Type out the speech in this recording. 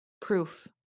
proof